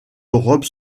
robes